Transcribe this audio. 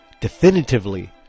definitively